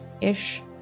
ish